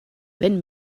wenn